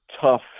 tough